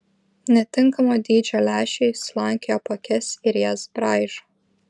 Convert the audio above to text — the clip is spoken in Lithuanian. netinkamo dydžio lęšiai slankioja po akis ir jas braižo